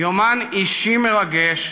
יומן אישי מרגש,